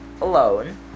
alone